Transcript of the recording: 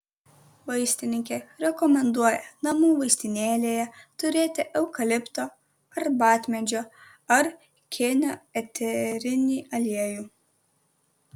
vaistininkė rekomenduoja namų vaistinėlėje turėti eukalipto arbatmedžio ar kėnio eterinį aliejų